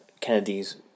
Kennedy's